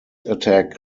attack